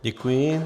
Děkuji.